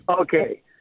Okay